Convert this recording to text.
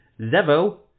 Zevo